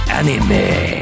anime